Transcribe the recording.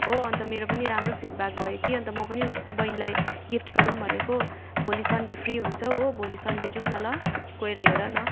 हो अन्त मेरो पनि राम्रो फिड ब्याक भयो कि अन्त म पनि बहिनीलाई गिफ्ट गरौँ भनेको भोलि सन्डे फ्री हुन्छ हो भोलि सन्डे जाऊँ न ल गएर हेर न